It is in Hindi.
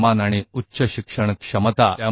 और और चूहे मैं सीखने की क्षमता अधिक होती है